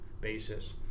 basis